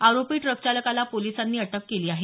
आरोपी ट्रकचालकाला पोलिसांनी अटक केली आहे